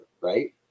right